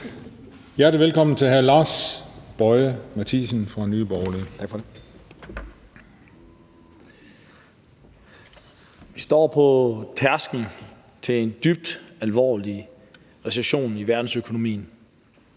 (Ordfører) Lars Boje Mathiesen (NB): Tak for det. Vi står på tærsklen til en dybt alvorlig recession i verdensøkonomien,